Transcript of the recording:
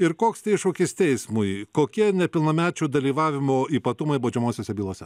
ir koks tai iššūkis teismui kokie nepilnamečių dalyvavimo ypatumai baudžiamosiose bylose